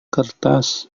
kertas